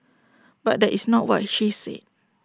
but that is not what she said